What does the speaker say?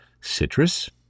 citrus